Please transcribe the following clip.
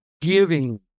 giving